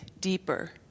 deeper